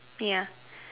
ya